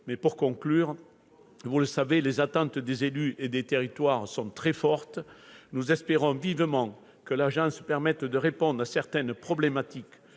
Pour conclure, vous le savez, les attentes des élus et des territoires sont très fortes. Nous espérons vivement que l'agence permette de répondre à certaines problématiques,